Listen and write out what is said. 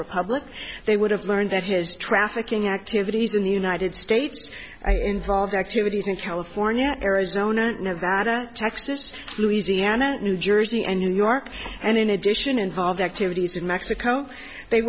republic they would have learned that his trafficking activities in the united states involved activities in california arizona nevada texas louisiana new jersey and new york and in addition involved activities in mexico they